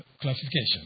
classification